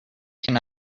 can